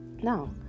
Now